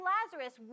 Lazarus